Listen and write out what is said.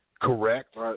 correct